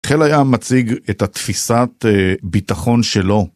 חיל הים מציג את התפיסת ביטחון שלו.